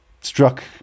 struck